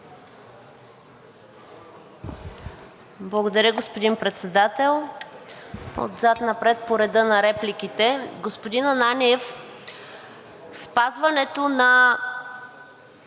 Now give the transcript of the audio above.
Благодаря, господин Председател. Отзад напред по реда на репликите. Господин Ананиев, спазването на